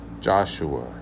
Joshua